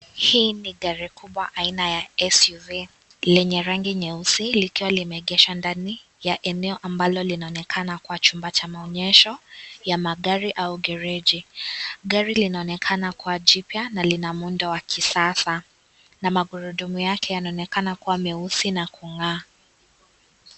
Hili ni gari kubwa lenye aina ya SUV lenye rangi nyeusi likiwa limeegeshwa ndani ya eneo linaloonekana kuwa chumba cha maonyesho ya magari au gereji. Gari linaonekana kuwa jipya na lina muundo wa kisasa ,na magurudumu yake yanaonekana kuwa meusi na kung'aa.